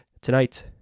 tonight